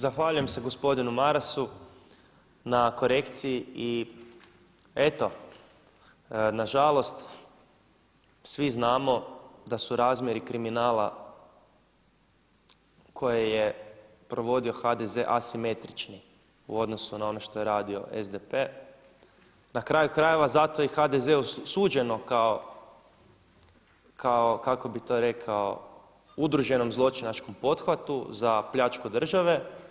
Zahvaljujem se gospodinu Marasu na korekciji i eto nažalost svi znamo da su razmjeri kriminala koje je provodio HDZ asimetrični u odnosu na ono što je radio SDP, na kraju krajeva zato i HDZ-u suđeno kao kako bi to rekao udruženom zločinačkom pothvatu za pljačku države.